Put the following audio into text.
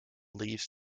leaves